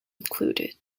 included